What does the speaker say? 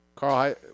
Carl